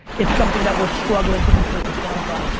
it's something that we're struggling to completely quantify.